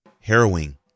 harrowing